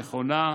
נכונה,